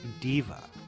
diva